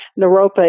Naropa